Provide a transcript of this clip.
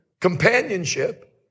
companionship